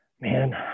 Man